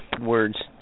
words